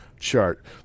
chart